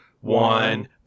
one